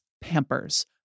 Pampers